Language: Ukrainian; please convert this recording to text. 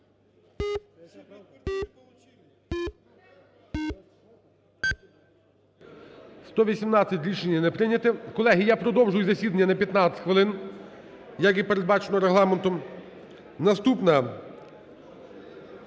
За-118 Рішення не прийнято. Колеги, я продовжую засідання на 15 хвилин, як і передбачено Регламентом. Наступна